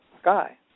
sky